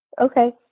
Okay